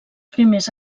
primers